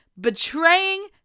betraying